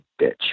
bitch